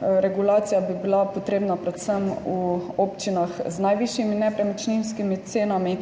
Regulacija bi bila potrebna predvsem v občinah z najvišjimi nepremičninskimi cenami,